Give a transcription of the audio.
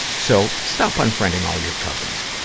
so, stop unfriending all your cousins.